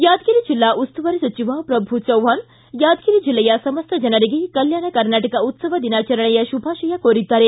ಯಾದಗಿರಿ ಜಿಲ್ಲಾ ಉಸ್ತುವಾರಿ ಸಚಿವ ಪ್ರಭು ಚವ್ವಾಣ್ ಯಾದಗಿರಿ ಜಿಲ್ಲೆಯ ಸಮಸ್ತ ಜನರಿಗೆ ಕಲ್ಯಾಣ ಕರ್ನಾಟಕ ಉತ್ಸವ ದಿನಾಚರಣೆಯ ಶುಭಾಶಯ ಕೋರಿದ್ದಾರೆ